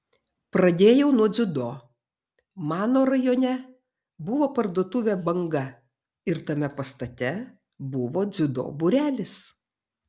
pradėjau nuo dziudo mano rajone buvo parduotuvė banga ir tame pastate buvo dziudo būrelis